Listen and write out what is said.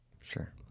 Sure